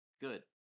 Good